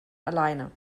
alleine